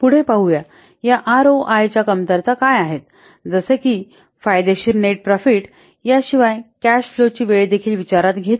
पुढे पाहूया या आरओआयच्या कमतरता काय आहेत जसे की फायदेशीर नेट प्रॉफिट याशिवाय कॅश फ्लोाची वेळ देखील विचारात घेत नाही